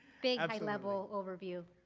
big high level overview.